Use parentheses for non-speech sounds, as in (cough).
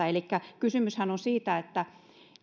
(unintelligible) elikkä kysymyshän on siitä että